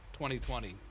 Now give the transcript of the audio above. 2020